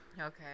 Okay